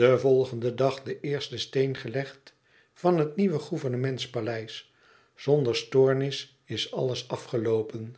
den volgenden dag den eersten steen gelegd van het nieuwe gouvernementspaleis zonder stoornis is alles afgeloopen